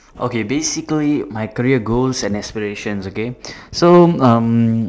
okay basically my career goals and aspirations okay so um